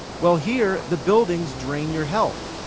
well here, the buildings drain your health.